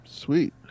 Sweet